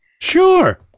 sure